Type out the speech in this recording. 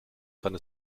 seine